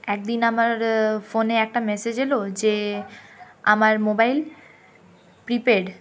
একদিন আমার ফোনে একটা মেসেজ এলো যে আমার মোবাইল প্রিপেড